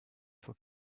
for